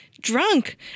drunk